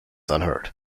unhurt